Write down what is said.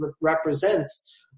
represents